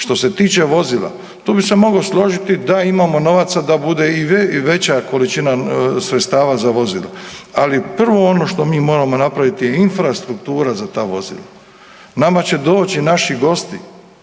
Što se tiče vozila, tu bi se mogao složiti da imamo novaca da bude i veća količina sredstava za vozila, ali prvo ono što mi moramo napraviti je infrastruktura za ta vozila. Nama će doći naši gosti